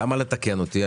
למה לתקן אותי?